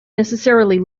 necessarily